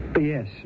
Yes